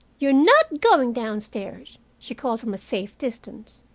you're not going downstairs, she called, from a safe distance.